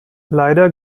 leider